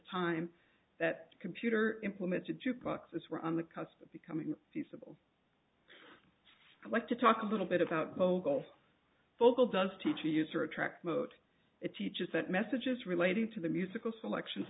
time that computer implements a jukebox as we're on the cusp of becoming feasible i'd like to talk a little bit about vogel vocal does teach a user attract mode it teaches that messages relating to the musical selections